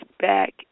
back